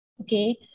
Okay